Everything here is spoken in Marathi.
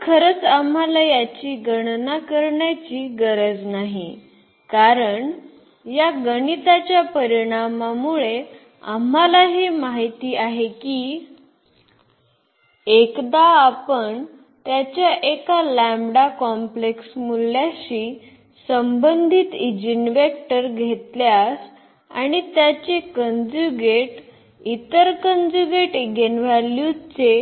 तर खरंच आम्हाला याची गणना करण्याची गरज नाही कारण या गणिताच्या परिणामामुळे आम्हाला हे माहित आहे की एकदा आपण त्याच्या एका कॉम्प्लेक्स मूल्याशी संबंधित ईजीनवेक्टर घेतल्यास आणि त्याचे कन्ज्युगेट इतर कन्ज्युगेट एगेनव्हॅल्यूजचे